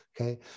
okay